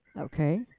Okay